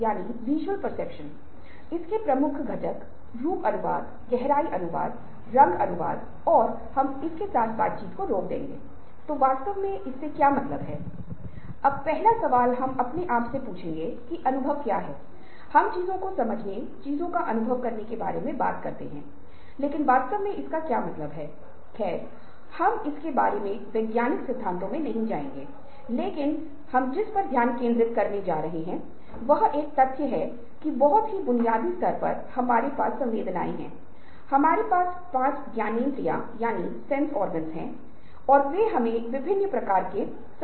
ताकि आप जान सकें कि आप कैसे रचनात्मक हो सकते हैं 21 वीं सदी की चुनौती है की हमें अधिक नवाचार और रचनात्मकता की आवश्यकता है यह कृषि शिक्षा स्वास्थ्य साथ ही साथ जीवन के हर क्षेत्र में आवश्यक है उद्योग के रूप में पर्यावरण में व्यापार में राजनीति में गतिविधि के हर क्षेत्र में हमें रचनात्मकता की आवश्यकता होती है